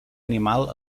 animal